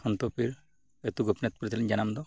ᱠᱷᱚᱱᱛᱚ ᱯᱤᱲ ᱟᱛᱳ ᱜᱳᱯᱤᱱᱟᱛᱷᱯᱩᱨ ᱨᱮ ᱛᱟᱹᱞᱤᱧ ᱡᱟᱱᱟᱢ ᱫᱚ